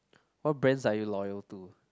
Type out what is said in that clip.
what brands are you loyal to